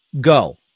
go